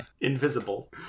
Invisible